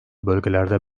bölgelerde